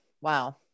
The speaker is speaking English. wow